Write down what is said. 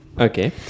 Okay